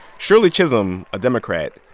shirley chisholm, a democrat,